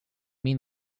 mean